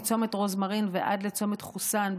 מוצמת רוזמרין ועד לצומת חוסאן,